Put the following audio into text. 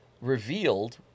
revealed